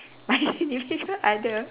my significant other